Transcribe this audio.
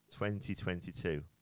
2022